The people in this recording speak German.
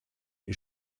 die